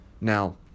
Now